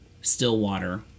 Stillwater